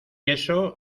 eso